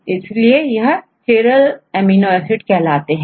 इसलिए यहchiral amino acid है